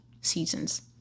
seasons